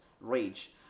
rage